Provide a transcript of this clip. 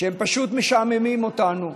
שהם פשוט משעממים אותנו,